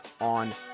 on